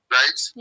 right